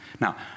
Now